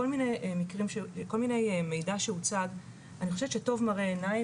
הרבה מידע שהוצג אני חושבת שטוב מראה עיניים